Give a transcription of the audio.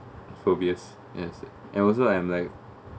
phobias and also I'm like